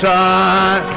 time